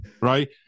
right